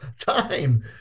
time